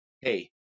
Hey